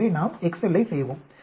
எனவே நாம் எக்செல்லை செய்வோம்